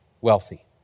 wealthy